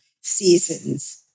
seasons